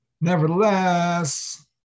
Nevertheless